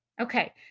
Okay